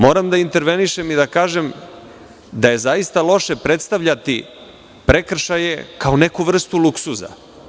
Moram da intervenišem i da kažem da je zaista loše predstavljati prekršaje kao neku vrstu luksuza.